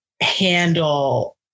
handle